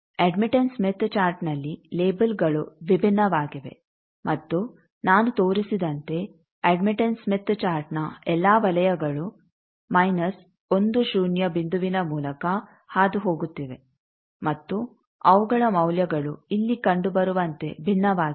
admittance Smith ಚಾರ್ಟ್ನಲ್ಲಿ ಲೇಬಲ್ಗಳು ವಿಭಿನ್ನವಾಗಿವೆ ಮತ್ತು ನಾನು ತೋರಿಸಿದಂತೆ ಅಡ್ಮಿಟೆಂಸ್ ಸ್ಮಿತ್ ಚಾರ್ಟ್ನ ಎಲ್ಲಾ ವಲಯಗಳು ಮೈನಸ್ ಒಂದು ಶೂನ್ಯ ಬಿಂದುವಿನ ಮೂಲಕ ಹಾದುಹೋಗುತ್ತಿವೆ ಮತ್ತು ಅವುಗಳ ಮೌಲ್ಯಗಳು ಇಲ್ಲಿ ಕಂಡುಬರುವಂತೆ ಭಿನ್ನವಾಗಿವೆ